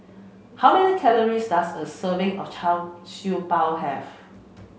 how many calories does a serving of Char Siew Bao have